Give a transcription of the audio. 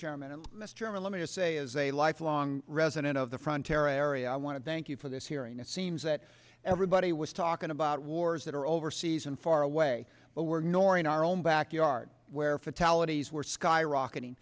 chairman and mr millimeter say as a lifelong resident of the frontier area i want to thank you for this hearing it seems that everybody was talking about wars that are overseas and far away but we're nor in our own backyard where fatalities were skyrocketing